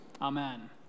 Amen